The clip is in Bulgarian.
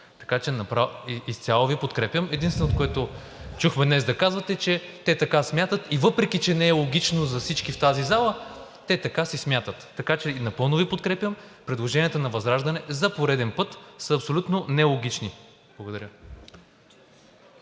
виждаме това от трибуната. Единството, което чухме днес да казвате, че те така смятат, и въпреки че не е логично за всички в тази зала, те така си смятат, така че напълно Ви подкрепям. Предложенията на ВЪЗРАЖДАНЕ за пореден път са абсолютно нелогични. Благодаря.